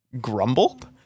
grumbled